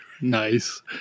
Nice